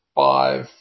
five